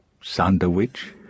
sandwich